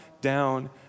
down